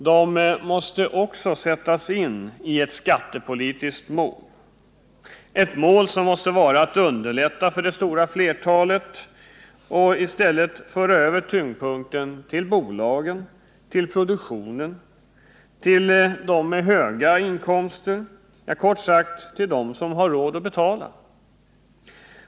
De måste också sättas in i ett skattepolitiskt mål, ett mål som måste vara att underlätta för det stora flertalet och i stället föra över tyngdpunkten till bolagen, till produktionen, till dem som har höga inkomster, kort sagt till dem som har råd att betala.